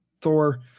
thor